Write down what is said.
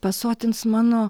pasotins mano